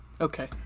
Okay